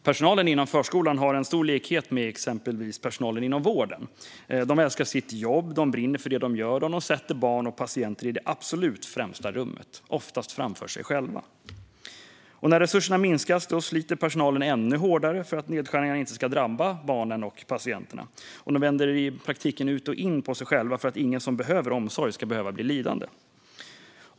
Personalen inom förskolan har stor likhet med exempelvis personalen inom vården. De älskar sitt jobb, de brinner för det de gör och de sätter barn och patienter i det absolut främsta rummet - oftast framför sig själva. När resurserna minskas sliter personalen ännu hårdare för att nedskärningarna inte ska drabba barnen och patienterna. De vänder ut och in på sig själva för att ingen som behöver omsorg ska behöva bli lidande.